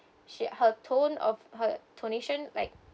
she her tone of her tonation like